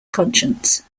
conscience